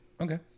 Okay